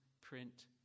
print